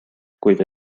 kuid